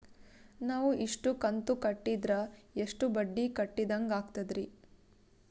ನಾವು ಇಷ್ಟು ಕಂತು ಕಟ್ಟೀದ್ರ ಎಷ್ಟು ಬಡ್ಡೀ ಕಟ್ಟಿದಂಗಾಗ್ತದ್ರೀ?